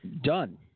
done